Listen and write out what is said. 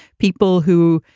people who,